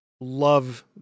love